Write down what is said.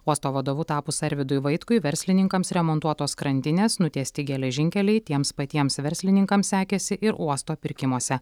uosto vadovu tapus arvydui vaitkui verslininkams remontuotos krantinės nutiesti geležinkeliai tiems patiems verslininkams sekėsi ir uosto pirkimuose